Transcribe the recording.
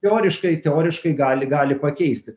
teoriškai teoriškai gali gali pakeisti